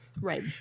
Right